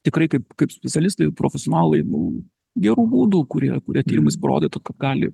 tikrai kaip kaip specialistai profesionalai nu gerų būdų kurie kurie tyrimais parodyta kad gali